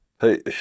Hey